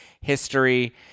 history